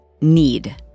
need